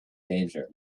danger